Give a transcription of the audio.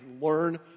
learn